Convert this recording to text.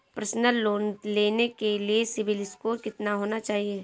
Personal loan लेने के लिए सिबिल स्कोर कितना होना चाहिए?